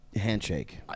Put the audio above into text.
handshake